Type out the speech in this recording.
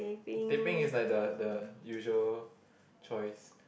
teh peng is like the the usual choice